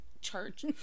church